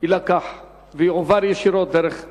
יילקח ויועבר ישירות דרך צינור?